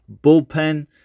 bullpen